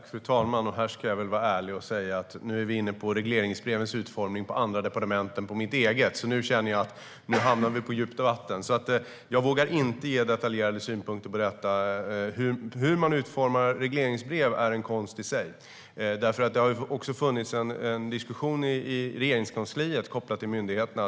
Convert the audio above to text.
Fru talman! Här ska jag vara ärlig och säga att regleringsbrevens utformning på andra departement än mitt eget för mig känns som att vara ute på djupt vatten. Jag vågar inte ha detaljerade synpunkter på detta. Hur man utformar regleringsbrev är en konst i sig. Det har funnits en diskussion om detta i Regeringskansliet kopplat till myndigheterna.